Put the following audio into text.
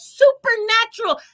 supernatural